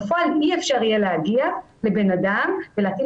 בפועל אי אפשר יהיה להגיע לבן אדם ולהטיל